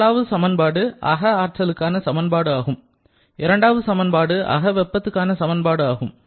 முதலாவது சமன்பாடு அக ஆற்றலுக்கான சமன்பாடு ஆகும் இரண்டாவது சமன்பாடு அக வெப்பத்துக்கான சமன்பாடு ஆகும்